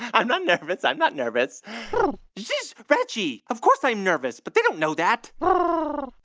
i'm not nervous. i'm not nervous shh. reggie, of course i'm nervous. but they don't know that um ah